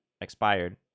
expired